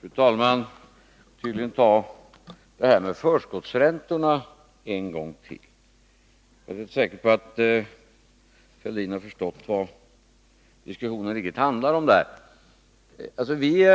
Fru talman! Jag får tydligen ta det här med förskottsräntorna en gång till. Jag är inte säker på att Thorbjörn Fälldin riktigt har förstått vad diskussionen i det avseendet handlar om. Vi